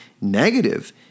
negative